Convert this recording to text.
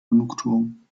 genugtuung